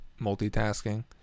multitasking